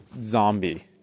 zombie